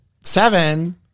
seven